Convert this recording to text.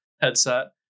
headset